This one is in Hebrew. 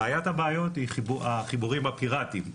בעיית הבעיות היא החיבורים הפיראטיים,